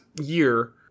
year